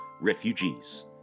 refugees